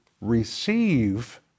receive